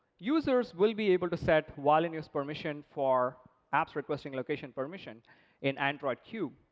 users will be able to set while-in-use permission for apps requesting location permission in android q.